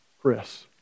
Chris